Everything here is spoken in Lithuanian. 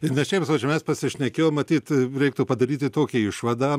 ir ne šiaip sau čia mes pasišnekėjom matyt reiktų padaryti tokią išvadą